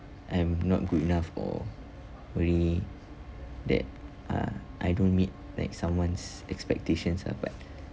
I'm not good enough or worry that uh I don't meet like someone's expectations ah but